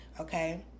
okay